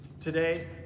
Today